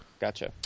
Gotcha